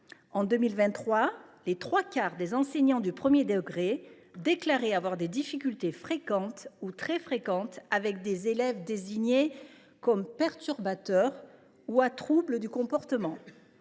En 2023, les trois quarts des enseignants du premier degré déclaraient avoir des difficultés fréquentes ou très fréquentes avec des élèves désignés comme perturbateurs ou à troubles du comportement.